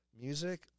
music